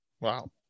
Wow